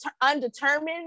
undetermined